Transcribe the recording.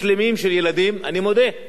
אני מודה, ילדים חמודים.